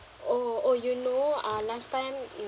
oh oh you know ah last time in